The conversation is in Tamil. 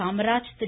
காமராஜ் திரு